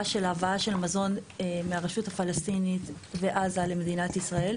של הבאת המזון מהרשות הפלסטינית ועזה למדינת ישראל.